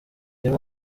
niyo